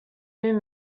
new